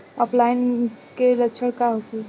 ऑफलाइनके लक्षण का होखे?